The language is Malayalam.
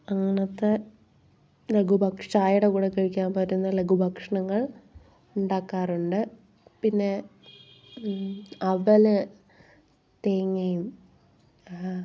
അങ്ങനത്തെ ലഘുഭക് ചായയുടെ കൂടെ കഴിക്കാൻ പറ്റുന്ന ലഘു ഭക്ഷണങ്ങൾ ഉണ്ടാക്കാറുണ്ട് പിന്നെ അവൽ തേങ്ങയും